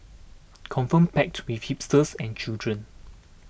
confirm packed with hipsters and children